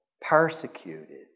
persecuted